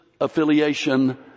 affiliation